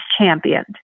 championed